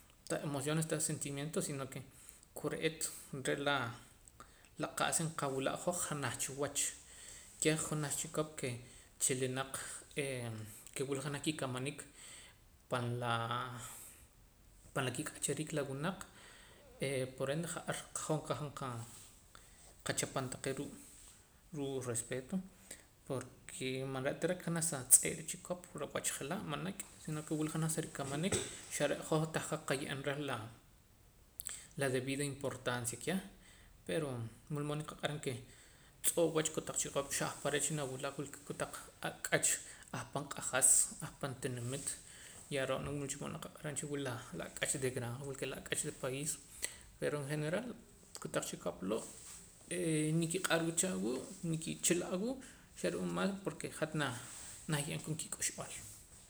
Tah emociones tah sentimientos sino que kore'eet re'la la qa'sa nqawula' hoj janaj cha wach keh junaj chikop ke chilinaq kee wila junaj kikamaniik pan laa pan la kik'achariik la wunaq por ende ja'ar hoj qajaam qa qachap taqee' ruu' ruu' respeto porque man re'ta ka janaj sa tz'eera chikop ro' wach je'laa' manek' sino ke wula janaj si rikamaniik xa re' hoj tahqa' qaye'eem reh la la debida importancia keh pero wulmood nqaq'aram ke tz'oo' wach kotaq chikop xah ahpare' xa nawila' wila kotaq ak'ach ahpan q'ajas ahpantinimit ya ro'na wulcha mood naqaq'aram cha wula la ak'ach de granja porque la ak'ach del pais peor en general kotaq chikop loo' eeh nikiq'arwa awuu' nkiwila awuu' xa ru'uum mal porque hat nah nahye'eem koon kik'uxb'aal